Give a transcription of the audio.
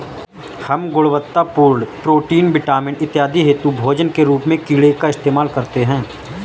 हम गुणवत्तापूर्ण protein, vitamin इत्यादि हेतु भोजन के रूप में कीड़े का इस्तेमाल करते हैं